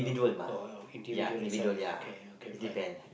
oh individually itself lah okay okay fine